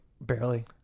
Barely